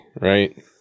right